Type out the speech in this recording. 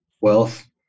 wealth